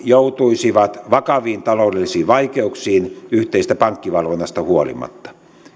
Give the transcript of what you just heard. joutuisivat vakaviin taloudellisiin vaikeuksiin yhteisestä pankkivalvonnasta huolimatta